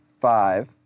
five